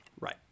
Right